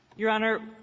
your honor,